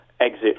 exit